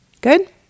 Good